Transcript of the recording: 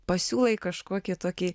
pasiūlai kažkokį tokį